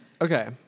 Okay